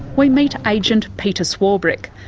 we meet agent peta swarbrick.